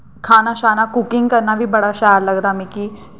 खाना शाना कुकिंग करना बी बड़ा शैल लगदा मिगी